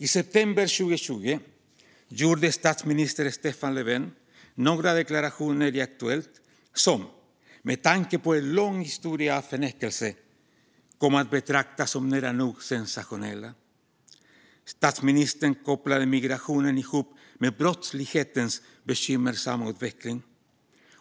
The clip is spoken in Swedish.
I september 2020 gjorde statsminister Stefan Löfven några deklarationer i Aktuellt som, med tanke på en lång historia av förnekelse, kom att betraktas som nära nog sensationella. Statsministern kopplade ihop migrationen med brottslighetens bekymmersamma utveckling.